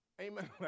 Amen